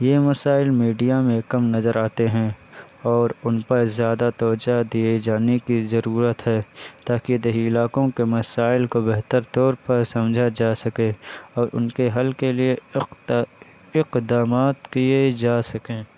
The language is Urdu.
یہ مسائل میڈیا میں کم نظر آتے ہیں اور ان پر زیادہ توجہ دیے جانے کی ضرورت ہے تاکہ دیہی علاقوں کے مسائل کو بہتر طور پر سمجھا جا سکے اور ان کے حل کے لیے اقدامات کے جا سکیں